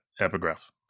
epigraph